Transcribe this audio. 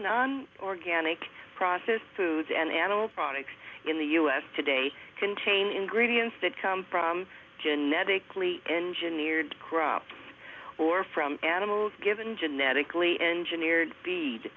wn organic process food and animal products in the u s today contain ingredients that come from genetically engineered crop or from animals given genetically engineered feed